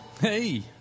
Hey